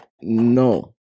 no